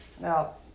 Now